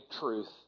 truth